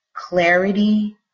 clarity